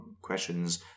questions